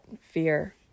fear